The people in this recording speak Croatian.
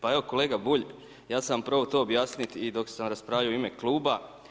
Pa evo kolega Bulj, ja sam vam probao to objasnit i dok sam raspravljao u ime kluba.